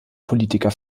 politiker